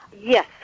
yes